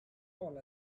all